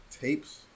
tapes